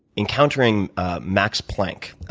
encountering max plank,